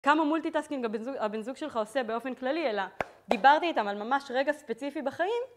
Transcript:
כמה מולטיטאסקינג הבן זוג שלך עושה באופן כללי, אלא דיברתי איתם על ממש רגע ספציפי בחיים